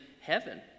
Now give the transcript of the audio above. heaven